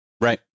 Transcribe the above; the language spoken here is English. right